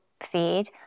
feed